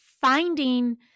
finding